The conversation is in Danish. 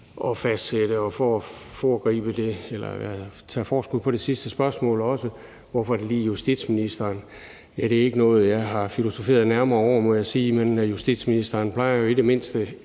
at fastsætte. Og for at tage forskud på det sidste spørgsmål også, altså hvorfor det lige er justitsministeren, vil jeg sige, at det ikke er noget, jeg har filosoferet nærmere over, må jeg sige, men justitsministeren plejer jo i det mindste